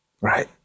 right